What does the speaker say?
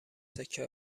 سکه